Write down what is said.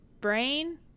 brain